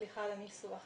סליחה על הניסוח.